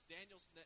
Daniel's